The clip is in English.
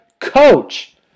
coach